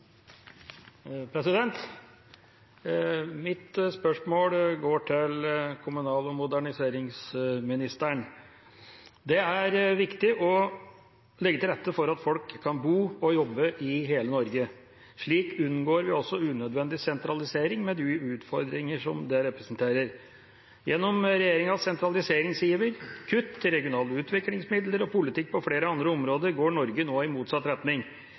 jobbe i hele Norge. Slik unngår vi også unødvendig sentralisering med de utfordringer det representerer. Gjennom regjeringens sentraliseringsiver, kutt i regionale utviklingsmidler og politikk på flere andre områder går Norge nå i motsatt retning.